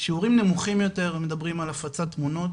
שיעורים נמוכים יותר מדברים על הפצת תמונות,